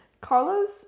Carlos